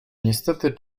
niestety